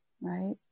right